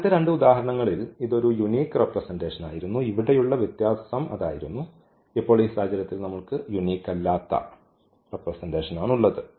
ആദ്യത്തെ രണ്ട് ഉദാഹരണങ്ങളിൽ ഇത് ഒരു യൂനിക് റെപ്രെസെന്റഷൻ ആണ് ഇവിടെയുള്ള വ്യത്യാസം അതായിരുന്നു ഇപ്പോൾ ഈ സാഹചര്യത്തിൽ നമ്മൾക്ക് യൂനിക് അല്ലാത്ത റെപ്രെസെന്റഷൻ ഉണ്ട്